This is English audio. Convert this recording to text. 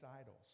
idols